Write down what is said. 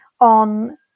on